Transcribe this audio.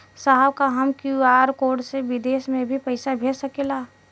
साहब का हम क्यू.आर कोड से बिदेश में भी पैसा भेज सकेला?